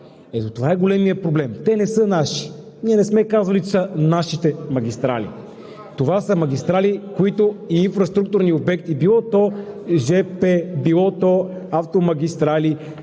Ето това е големият проблем. Те не са наши, ние не сме казвали, че са нашите магистрали, това са магистрали и инфраструктурни обекти, било то жп, било то автомагистрали